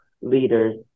leaders